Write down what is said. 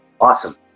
awesome